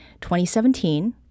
2017